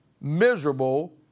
miserable